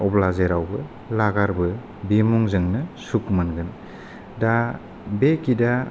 अब्ला जेरावबो लागारबो बे मुंजोंनो सुखु मोनगोन दा बे गिता